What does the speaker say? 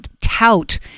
tout